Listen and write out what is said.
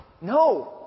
No